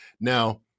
Now